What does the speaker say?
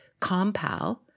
Compal